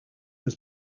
was